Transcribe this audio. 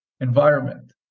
environment